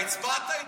נו, בחייך.